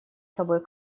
собой